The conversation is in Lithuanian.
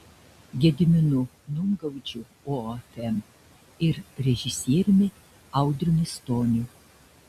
gediminu numgaudžiu ofm ir režisieriumi audriumi stoniu